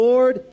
Lord